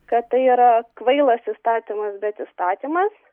kad tai yra kvailas įstatymas bet įstatymas